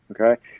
okay